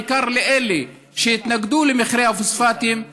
בעיקר לאלו שהתנגדו למכרה הפוספטים,